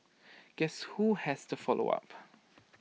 guess who has to follow up